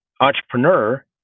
entrepreneur